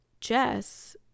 jess